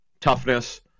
toughness